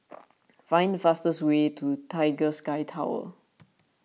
find the fastest way to Tiger Sky Tower